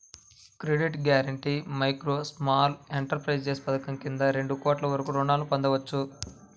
credit guarantee micro, small enterprises పథకం కింద రెండు కోట్ల వరకు రుణాలను పొందొచ్చు